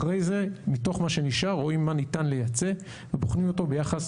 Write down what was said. אחרי זה מתוך מה שנשאר רואים מה ניתן לייצא ובוחנים אותו ביחס